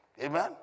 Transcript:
Amen